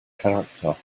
character